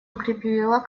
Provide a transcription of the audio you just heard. укрепила